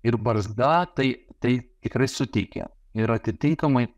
ir barzda tai tai tikrai suteikia ir atitinkamai